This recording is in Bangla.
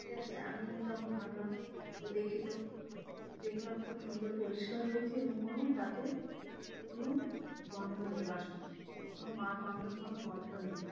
ঠিক আছে আমি তখন ভাবলাম ওই দেখিতো দেখলাম খুব সুন্দর পরিষ্কার হয়েছে এবং কোনো তাতে কোনো গন্ধ নেই বাসনের কোনো মাছ মাংসের কোনো গন্ধ নেই